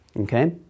Okay